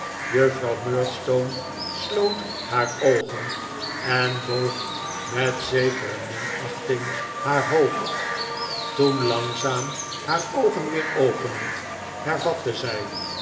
juffrouw murdstone sloot haar oogen en boog met zekere minachting haar hoofd toen langzaam haar oogen weer openend hervatte zij